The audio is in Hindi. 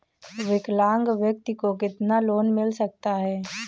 विकलांग व्यक्ति को कितना लोंन मिल सकता है?